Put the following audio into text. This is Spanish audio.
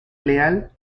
leal